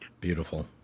Beautiful